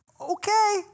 okay